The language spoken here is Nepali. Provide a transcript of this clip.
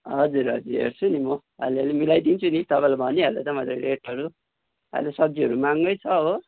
हजुर हजुर हेर्छु नि म अलि अलि मिलाइदिन्छु नि तपाईँलाई भनिहालेँ त मैले रेटहरू अहिले सब्जीहरू महङ्गै छ हो